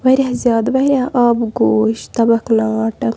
واریاہ زیادٕ واریاہ آبہٕ گوش تَبَخ ناٹہٕ